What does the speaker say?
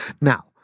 now